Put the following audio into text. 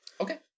okay